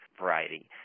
variety